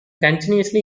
continuously